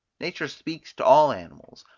nature speaks to all animals,